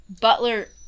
Butler